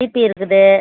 BP இருக்குது